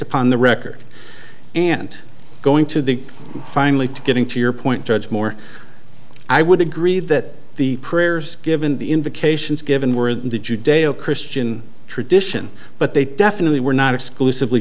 upon the record and going to the finally to getting to your point judge moore i would agree that the prayers given the invocations given were in the judeo christian tradition but they definitely were not exclusively